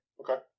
Okay